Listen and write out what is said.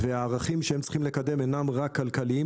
והערכים שהם צריכים לקדם אינם רק כלכליים,